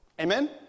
Amen